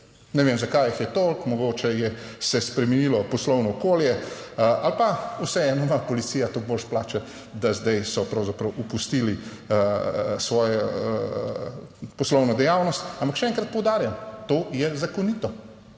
ne vem zakaj jih je toliko. Mogoče je se spremenilo poslovno okolje ali pa vseeno ima policija toliko boljše plače, da zdaj so pravzaprav opustili svojo poslovno dejavnost, ampak še enkrat poudarjam, to je zakonito,